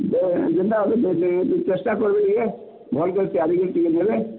ଚେଷ୍ଟା କର୍ବେ ଟିକେ ଭଲ୍ କରି ତିଆରି କରି ଟିକେ ଦେବେ